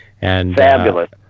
Fabulous